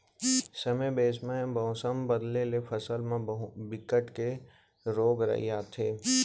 समे बेसमय मउसम बदले ले फसल म बिकट के रोग राई आथे